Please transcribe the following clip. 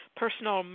personal